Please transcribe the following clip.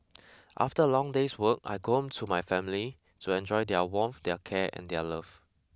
after a long day's work I go home to my family to enjoy their warmth their care and their love